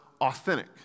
authentic